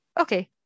Okay